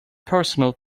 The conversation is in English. personal